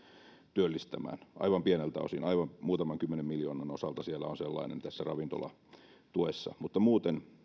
työllistämään aivan pieneltä osin aivan muutaman kymmenen miljoonan osalta siellä on sellainen tässä ravintolatuessa mutta muuten